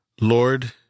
Lord